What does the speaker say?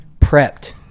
prepped